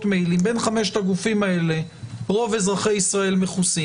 מיילים בין חמשת הגופים האלה רוב אזרחי ישראל מכוסים